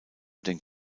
den